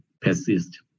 persist